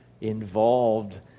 involved